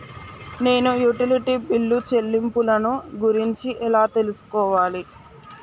నేను utility bill చెల్లింపులను గురించి ఎలా తెలుసుకోవాలి?